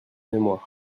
mémoire